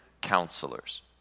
counselors